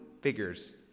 figures